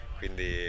quindi